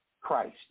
Christ